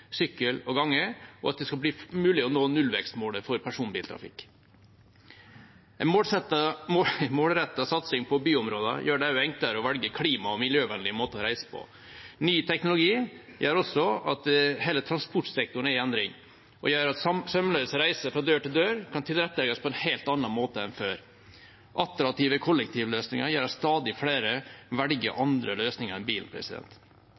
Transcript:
sykkel og gange, og at det skal bli mulig å nå nullvekstmålet for personbiltrafikk. En målrettet satsing på byområdene gjør det også enklere å velge klima- og miljøvennlige måter å reise på. Ny teknologi gjør også at hele transportsektoren er i endring, og at sømløs reise fra dør til dør kan tilrettelegges på en helt annen måte enn før. Attraktive kollektivløsninger gjør at stadig flere velger andre løsninger enn bil.